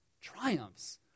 triumphs